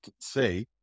say